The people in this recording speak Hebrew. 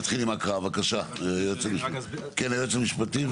בבקשה, היועץ המשפטי.